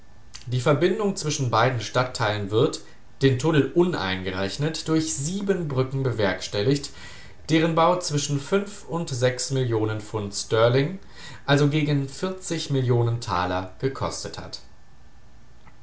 die verbindung zwischen beiden stadtteilen wird den tunnel uneingerechnet durch sieben brücken bewerkstelligt deren bau zwischen und millionen pfd st also gegen millionen taler gekostet hat